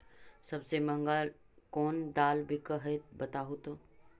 सबसे महंगा कोन दाल बिक है बताहु तो?